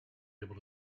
able